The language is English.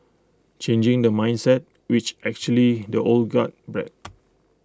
changing the mindset which actually the old guard bred